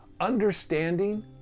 Understanding